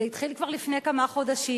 זה התחיל כבר לפני כמה חודשים,